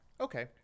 Okay